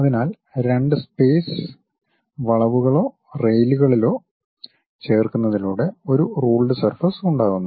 അതിനാൽ രണ്ട് സ്പേസ് വളവുകളോ റെയിലുകളിലോ ചേർക്കുന്നതിലൂടെ ഒരു റുൾഡ് സർഫസ് ഉണ്ടാകുന്നു